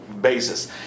basis